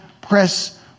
press